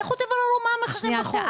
לכו תבררו מה המחירים בחו"ל.